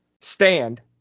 stand